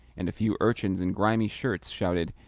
and a few urchins in grimy shirts shouted,